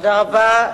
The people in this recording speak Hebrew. תודה רבה.